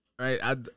Right